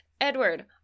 Edward